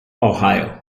ohio